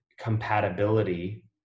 compatibility